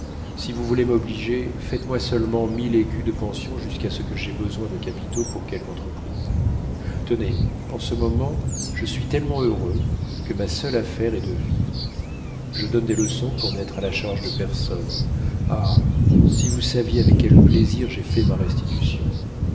si vous voulez m'obliger faites-moi seulement mille écus de pension jusqu'à ce que j'aie besoin de capitaux pour quelque entreprise tenez en ce moment je suis tellement heureux que ma seule affaire est de vivre je donne des leçons pour n'être à la charge de personne ah si vous saviez avec quel plaisir j'ai fait ma restitution